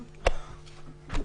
ודאי.